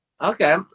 okay